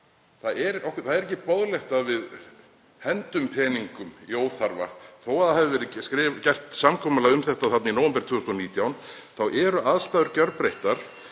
Það er ekki boðlegt að við hendum peningum í óþarfa og þó að það hafi verið gert samkomulag um þetta í nóvember 2019 þá eru aðstæður gjörbreyttar.